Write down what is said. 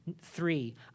three